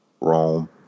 rome